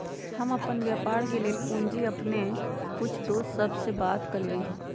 हम अप्पन व्यापार के पूंजी लेल अप्पन कुछ दोस सभ से बात कलियइ ह